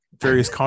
various